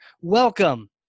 welcome